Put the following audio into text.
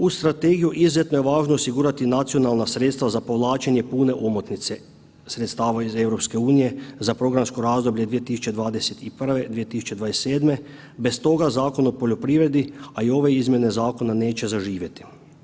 Uz strategiju izuzetno je važno osigurati nacionalna sredstva za povlačenje pune omotnice sredstava iz EU za programsko razdoblje 2021. – 2027., bez toga Zakon o poljoprivredi, a i ove izmjene zakona neće zaživjeti.